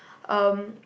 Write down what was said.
um